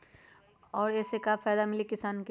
और ये से का फायदा मिली किसान के?